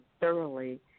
thoroughly